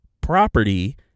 property